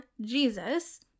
Jesus